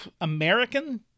American